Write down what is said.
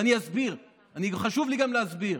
ואני אסביר, חשוב לי גם להסביר.